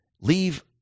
leave